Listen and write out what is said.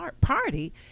party